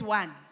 one